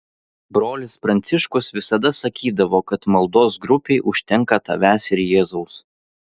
brolis pranciškus visada sakydavo kad maldos grupei užtenka tavęs ir jėzaus